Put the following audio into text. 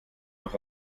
noch